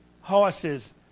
horses